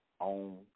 own